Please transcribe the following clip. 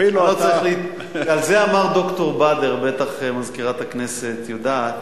על זה אמר ד"ר בדר, בטח מזכירת הכנסת יודעת: